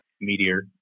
Meteor